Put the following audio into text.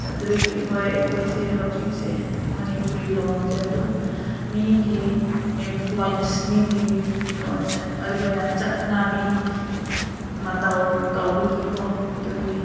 ꯑꯗꯨꯒꯤ ꯍꯣꯏ ꯑꯩꯈꯣꯏꯁꯦ ꯍꯧꯖꯤꯛꯁꯦ ꯃꯅꯤꯄꯨꯔꯤ ꯂꯣꯟꯁꯦ ꯑꯗꯨꯝ ꯃꯤꯒꯤ ꯏꯟꯐ꯭ꯂꯨꯌꯦꯟꯁ ꯃꯤꯒꯤ ꯑꯩꯈꯣꯏꯅ ꯆꯠꯅꯕꯤ ꯃꯇꯧ ꯇꯧꯕꯒꯤꯀꯣ ꯑꯗꯨꯒꯤ